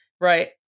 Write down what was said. Right